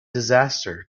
disaster